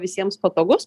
visiems patogus